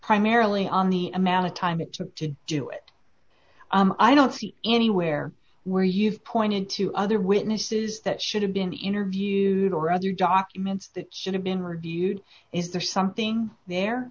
primarily on the amount of time it took to do it i don't see anywhere where you've pointed to other witnesses that should have been interviewed or other documents that should have been reviewed is there something there